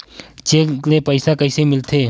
Cheque ले पईसा कइसे मिलथे?